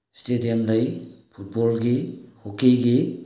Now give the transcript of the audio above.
stadium ꯂꯩ ꯐꯨꯠꯕꯣꯜꯒꯤ ꯍꯣꯛꯀꯤꯒꯤ